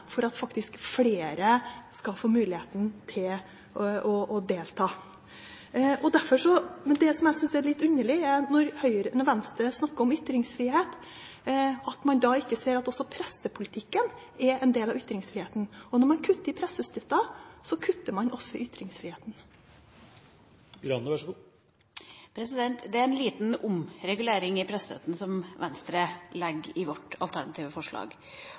styrer, men faktisk tildeler flere midler, slik at flere får mulighet til å delta. Det som jeg synes er litt underlig, er at Venstre, når man snakker om ytringsfrihet, ikke ser at også pressepolitikken er en del av ytringsfriheten – når man kutter i pressestøtten, kutter man også i ytringsfriheten. Det er en liten omregulering i pressestøtten i vårt alternative forslag.